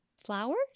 flowers